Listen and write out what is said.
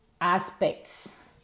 aspects